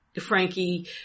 Frankie